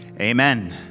Amen